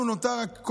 לנו נותר רק,